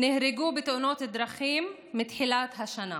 נהרגו בתאונות דרכים מתחילת השנה.